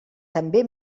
també